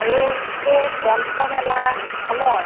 আৰু সেই গ্ৰন্থমেলাখনৰ